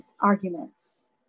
arguments